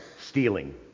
stealing